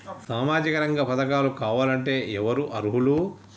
సామాజిక రంగ పథకాలు కావాలంటే ఎవరు అర్హులు?